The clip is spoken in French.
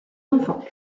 enfants